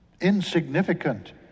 insignificant